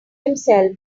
himself